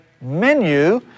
menu